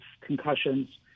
concussions